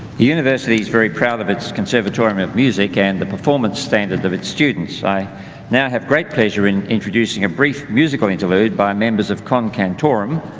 the university is very proud of its conservatorium of music and the performance standards of its students. i now have great pleasure in introducing a brief musical interlude by members of con-cantorum,